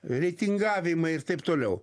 reitingavimai ir taip toliau